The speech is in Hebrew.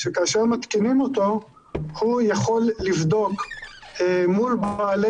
שכאשר מתקינים אותו הוא יכול לבדוק מול בעלי